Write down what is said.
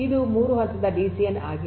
ಇದು 3 ಹಂತದ ಡಿಸಿಎನ್ ಆಗಿದೆ